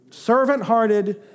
Servant-hearted